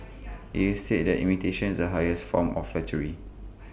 IT is said that imitation is the highest form of flattery